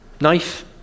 Knife